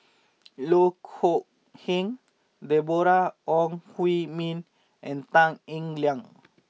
Loh Kok Heng Deborah Ong Hui Min and Tan Eng Liang